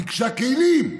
ביקשה כלים.